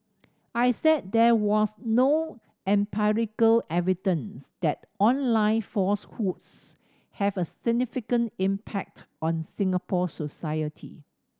I said there was no empirical evidence that online falsehoods have a significant impact on Singapore society